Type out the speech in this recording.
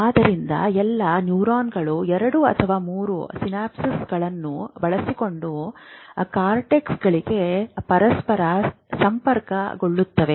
ಆದ್ದರಿಂದ ಎಲ್ಲಾ ನ್ಯೂರಾನ್ಗಳು 2 ಅಥವಾ 3 ಸಿನಾಪ್ಗಳನ್ನು ಬಳಸಿಕೊಂಡು ಕಾರ್ಟೆಕ್ಸ್ನೊಳಗೆ ಪರಸ್ಪರ ಸಂಪರ್ಕಗೊಳ್ಳುತ್ತವೆ